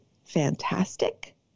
fantastic